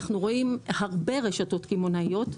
אנחנו רואים הרבה רשתות קמעונאיות,